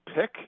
pick